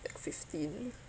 like fifteen